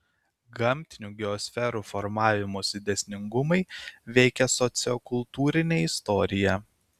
gamtinių geosferų formavimosi dėsningumai veikia sociokultūrinę istoriją